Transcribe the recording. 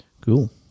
Cool